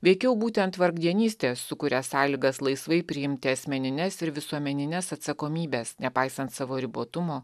veikiau būtent vargdienistė sukuria sąlygas laisvai priimti asmenines ir visuomenines atsakomybes nepaisant savo ribotumo